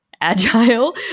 agile